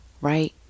right